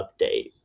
update